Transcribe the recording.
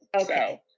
okay